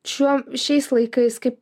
šiuo šiais laikais kaip